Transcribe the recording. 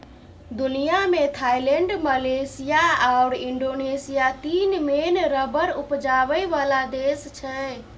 दुनियाँ मे Thailand, Malaysia आओर इंडोनेशिया तीन मेन रबर उपजाबै बला देश छै